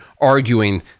arguing